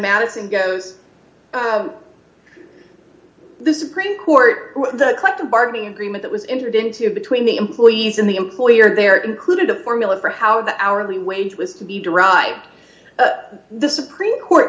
madison goes this is pretty court the collective bargaining agreement that was injured in two between the employees and the employer there included a formula for how the hourly wage was to be derived the supreme court